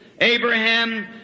Abraham